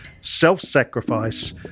self-sacrifice